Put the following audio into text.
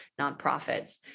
nonprofits